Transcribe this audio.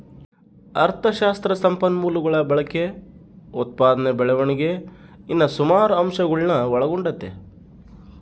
ಅಥಶಾಸ್ತ್ರ ಸಂಪನ್ಮೂಲಗುಳ ಬಳಕೆ, ಉತ್ಪಾದನೆ ಬೆಳವಣಿಗೆ ಇನ್ನ ಸುಮಾರು ಅಂಶಗುಳ್ನ ಒಳಗೊಂಡತೆ